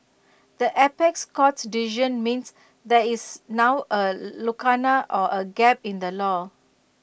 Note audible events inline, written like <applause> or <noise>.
the apex court's decision means that is now A <hesitation> lacuna or A gap in the law